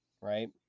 right